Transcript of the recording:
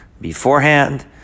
beforehand